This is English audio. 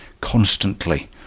constantly